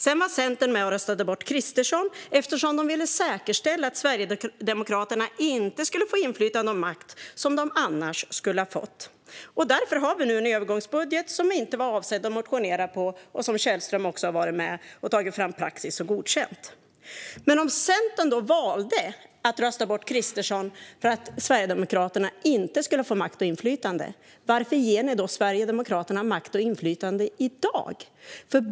Sedan röstade ni bort Kristersson eftersom ni ville säkerställa att Sverigedemokraterna inte skulle få makt och inflytande, vilket de annars skulle ha fått. Därför har vi nu en övergångsbudget som inte var avsedd att motionera på, vilket Källström också har varit med och tagit fram praxis för och godkänt. Om Centern nu valde att rösta bort Kristersson för att Sverigedemokraterna inte skulle få makt och inflytande, varför ger ni då Sverigedemokraterna makt och inflytande i dag?